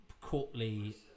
courtly